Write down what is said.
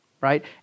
right